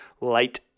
light